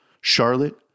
Charlotte